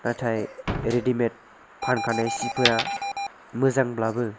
नाथाय रेडिमेड फानखानाय सिफोरा मोजांब्लाबो